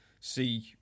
see